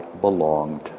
belonged